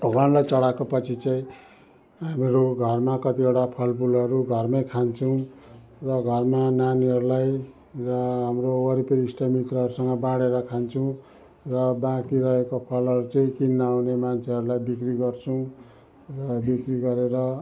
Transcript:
भगवानलाई चढाएको पछि चाहिँ हामीहरू घरमा कतिवटा फलफुलहरू घरमै खानछौँ र घरमा नानीहरूलाई र हाम्रो वरिपरि इष्टमित्रहरूसँग बाडेर खान्छौँ र बाँकी रहेको फलहरू चाहिँ किन्न आउने मान्छेहरूलाई बिक्री गर्छौँ र बिक्री गरेर